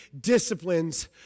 disciplines